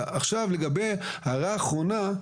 לגבי ההערה האחרונה,